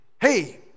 hey